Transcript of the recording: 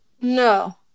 No